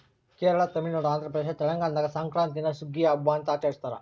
ಕೇರಳ ತಮಿಳುನಾಡು ಆಂಧ್ರಪ್ರದೇಶ ತೆಲಂಗಾಣದಾಗ ಸಂಕ್ರಾಂತೀನ ಸುಗ್ಗಿಯ ಹಬ್ಬ ಅಂತ ಆಚರಿಸ್ತಾರ